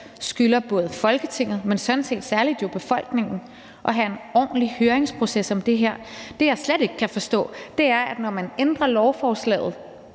skylder både Folketinget, men sådan set særlig befolkningen at have en ordentlig høringsproces om det her. Det, jeg slet ikke kan forstå, er, at man, når man ændrer lovforslaget,